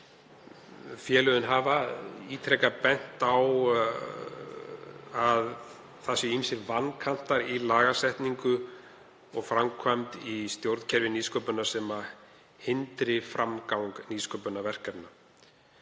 Félögin hafa ítrekað bent á að ýmsir vankantar séu í lagasetningu og framkvæmd í stjórnkerfi nýsköpunar sem hindri framgang nýsköpunarverkefna